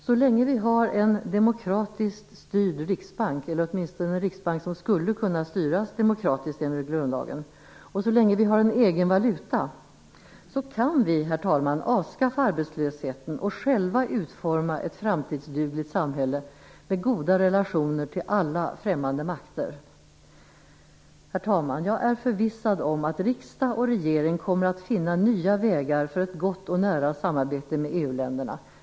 Så länge vi har en demokratiskt styrd riksbank - eller åtminstone en riksbank som skulle kunna styras demokratiskt enligt grundlagen - och så länge vi har en egen valuta kan vi, herr talman, avskaffa arbetslösheten och själva utforma ett framtidsdugligt samhälle med goda relationer till alla främmande makter. Herr talman! Jag är förvissad om att riksdag och regering kommer att finna nya vägar för ett gott och nära samarbete med EU-länderna.